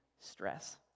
stress